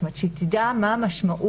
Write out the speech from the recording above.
כלומר, היא תדע מה המשמעות